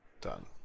done